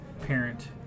Parent